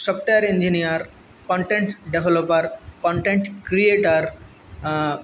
software engineer content developer content creator